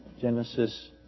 Genesis